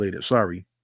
sorry